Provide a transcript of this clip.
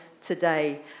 today